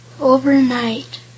Overnight